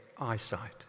eyesight